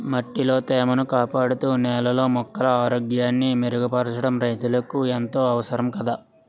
మట్టిలో తేమను కాపాడుతూ, నేలలో మొక్కల ఆరోగ్యాన్ని మెరుగుపరచడం రైతులకు ఎంతో అవసరం కదా